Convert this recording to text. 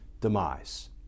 demise